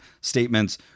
statements